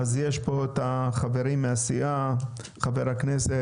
אז יש פה את החברים מהסיעה; חבר הכנסת,